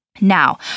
Now